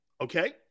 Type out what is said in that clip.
okay